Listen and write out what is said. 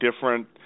different